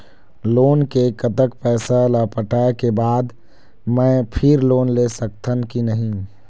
Loan के कतक पैसा ला पटाए के बाद मैं फिर लोन ले सकथन कि नहीं?